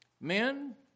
Men